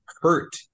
hurt